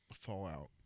Fallout